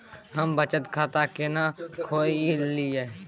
हम बचत खाता केना खोलइयै?